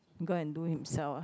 go and do himself ah